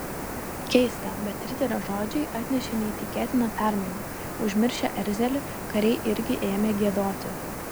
keista bet riterio žodžiai atnešė neįtikėtiną permainą užmiršę erzelį kariai irgi ėmė giedoti